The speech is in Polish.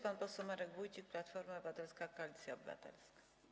Pan poseł Marek Wójcik, Platforma Obywatelska - Koalicja Obywatelska.